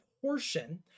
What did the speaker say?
portion